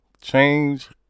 Change